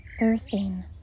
Earthing